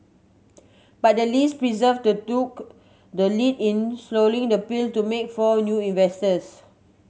but the Lees persevered took the lead in swallowing the pill to make for new investors